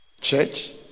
church